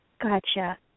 Gotcha